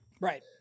Right